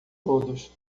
todos